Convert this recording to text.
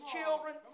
children